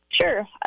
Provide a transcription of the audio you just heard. Sure